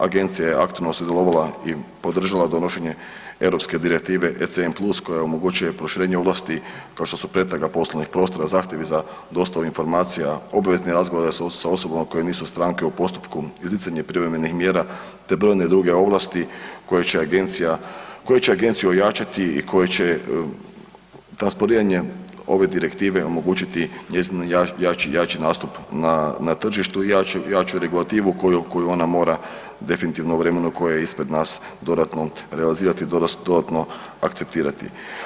Agencija je aktualno sudjelovala i podržala donošenje Europske direktive ECN+ koja omogućuje i proširenje ovlasti kao što su pretraga poslovnih prostora, zahtjevi za dostavu informacija, obvezni razgovori sa osobama koje nisu stranke u postupku, izricanje privremenih mjera, te brojne druge ovlaste koje će agenciju ojačati i koje će transponiranje ove direktive omogućiti njezin jači nastup na tržištu i jaču regulativu koju ona mora definitivno u vremenu koje je ispred nas dodatno realizirati i dodatno akceptirati.